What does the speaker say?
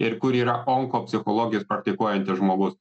ir kur yra onkopsichologijos praktikuojantis žmogus